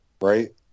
right